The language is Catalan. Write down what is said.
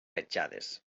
petjades